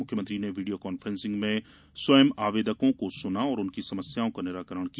मुख्यमंत्री ने video conference में स्वयं आवेदकों को सुना और उनकी समस्याओं का निराकरण किया